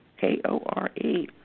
K-O-R-E